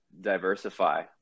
diversify